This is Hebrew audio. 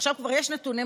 עכשיו כבר יש נתונים,